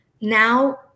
Now